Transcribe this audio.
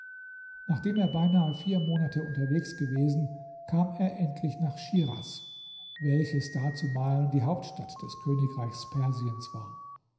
nachdem er beinahe vier monate unterwegs gewesen kam er endlich nach schiras welches dazumalen die hauptstadt des königreichs persien war